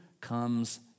comes